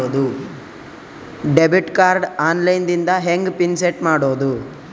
Debit card online ದಿಂದ ಹೆಂಗ್ pin set ಮಾಡೋದು?